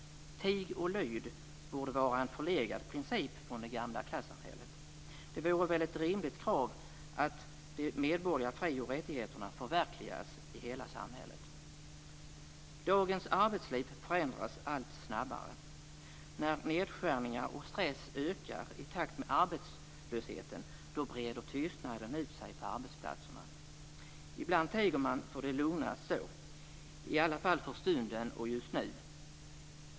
Tig och lyd borde vara en förlegad princip från det gamla klassamhället. Det vore väl ett rimligt krav att de medborgerliga fri och rättigheterna förverkligas i hela samhället. Dagens arbetsliv förändras allt snabbare. När nedskärningar och stress ökar i takt med arbetslösheten breder tystnaden ut sig på arbetsplatserna. Ibland tiger man för att det är lugnast så, i alla fall för stunden och just nu.